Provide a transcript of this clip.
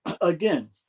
again